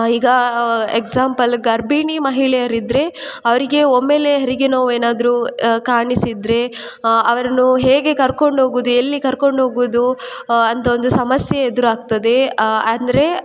ಈಗ ಎಕ್ಸಾಂಪಲ್ ಗರ್ಭಿಣಿ ಮಹಿಳೆಯರು ಇದ್ದರೆ ಅವರಿಗೆ ಒಮ್ಮೆಲೆ ಹೆರಿಗೆ ನೋವು ಏನಾದರು ಕಾಣಿಸಿದರೆ ಅವರನ್ನು ಹೇಗೆ ಕರ್ಕೊಂಡೋಗೋದು ಎಲ್ಲಿ ಕರ್ಕೊಂಡೋಗೋದು ಅಂತ ಒಂದು ಸಮಸ್ಯೆ ಎದುರಾಗ್ತದೆ ಅಂದರೆ